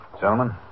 Gentlemen